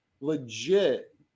legit